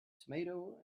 tomato